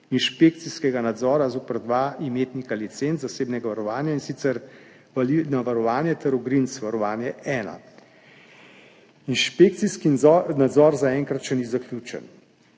inšpekcijskega nadzora zoper dva imetnika licenc zasebnega varovanja, in sicer Valina varovanje ter OGRINC VAROVANJE 1. Inšpekcijski nadzor zaenkrat še ni zaključen.